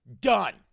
done